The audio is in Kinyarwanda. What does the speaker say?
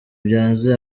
byanze